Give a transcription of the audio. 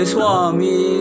Swami